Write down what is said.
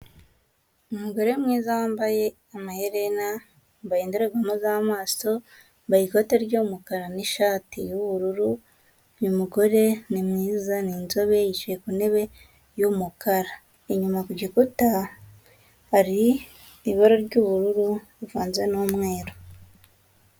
Umugore mwiza wambaye amaherena, yambaye indorerwamo z'amaso, yambaye ikote ry'umukara n'ishati y'ubururu, uyu mugore ni mwiza, ni inzobe, yicaye ku ntebe y'umukara. Inyuma ku gikuta hari ibara ry'ubururu rivanze n'umweru.